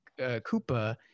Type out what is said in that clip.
Koopa